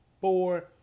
four